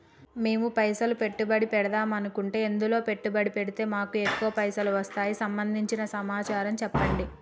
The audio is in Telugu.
మేము పైసలు పెట్టుబడి పెడదాం అనుకుంటే ఎందులో పెట్టుబడి పెడితే మాకు ఎక్కువ పైసలు వస్తాయి సంబంధించిన సమాచారం చెప్పండి?